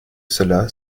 cela